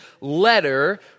letter